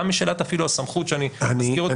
גם בשאלת אפילו הסמכות שאני אזכיר אותה.